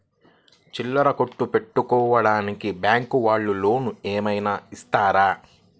చిల్లర కొట్టు పెట్టుకోడానికి బ్యాంకు వాళ్ళు లోన్ ఏమైనా ఇస్తారా?